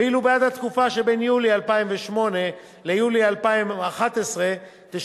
ואילו בעד התקופה שבין יולי 2008 ליולי 2011 תשולם